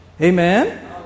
Amen